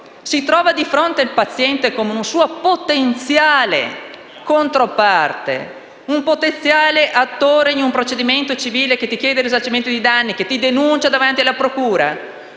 si trova di fronte un paziente che vede come sua potenziale controparte, un potenziale attore in un procedimento civile che chiede il risarcimento dei danni e che denuncia davanti alla procura,